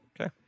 Okay